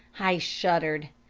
i shuddered.